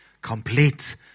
Complete